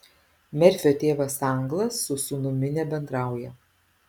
merfio tėvas anglas su sūnumi nebendrauja